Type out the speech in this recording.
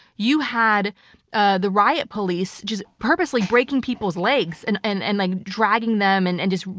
you had ah the riot police just purposely breaking people's legs and and and like dragging them and and just.